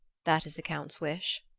that is the count's wish.